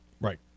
Right